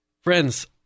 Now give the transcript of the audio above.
friends